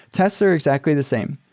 tests are exactly the same.